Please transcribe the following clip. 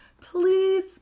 please